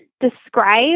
describe